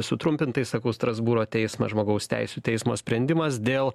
sutrumpintai sakau strasbūro teismas žmogaus teisių teismo sprendimas dėl